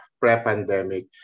pre-pandemic